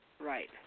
Right